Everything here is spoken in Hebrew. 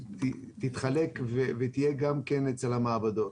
תתחלק ותהיה גם אצל המעבדות.